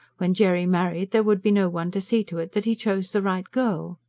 when jerry married there would be no one to see to it that he chose the right girl.